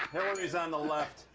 hillary's on the left.